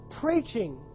Preaching